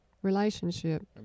relationship